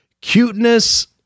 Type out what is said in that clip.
cuteness